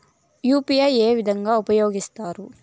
UPI ఏ విధంగా ఉపయోగిస్తారు?